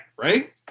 right